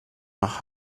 nach